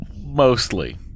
Mostly